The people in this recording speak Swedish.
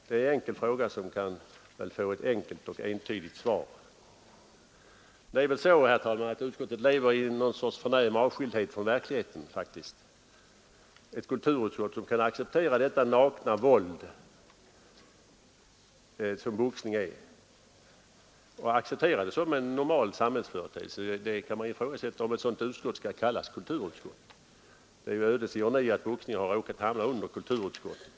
Det är en enkel fråga, som väl kan få ett enkelt och entydigt svar. Det är väl faktiskt så, herr talman, att utskottet lever i något slags förnäm avskildhet från verkligheten. Man kan ifrågasätta om ett utskott som såsom en normal företeelse kan acceptera det nakna våld som boxning utgör skall kallas kulturutskottet. Det är för övrigt en ödets ironi att boxningen råkat hamna under kulturutskottet.